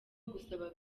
gusaba